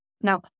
Now